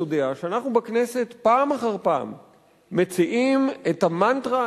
יודע שאנחנו בכנסת פעם אחר פעם מציעים את המנטרה,